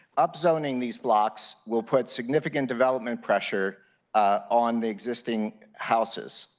of zoning these blocks will put significant development pressure on the existing houses.